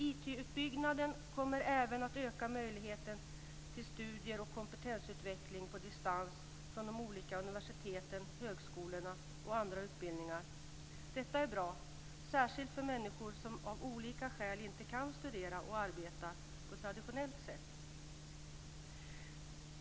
IT-utbyggnaden kommer även att öka möjligheten till studier och kompetensutveckling på distans från de olika universiteten, högskolorna och andra utbildningar. Detta är bra, särskilt för människor som av olika skäl inte kan studera och arbeta på traditionellt sätt.